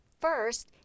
First